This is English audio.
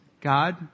God